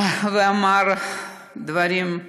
ואמר דברים,